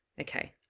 okay